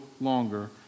longer